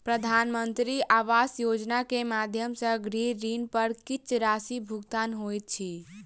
प्रधानमंत्री आवास योजना के माध्यम सॅ गृह ऋण पर किछ राशि भुगतान होइत अछि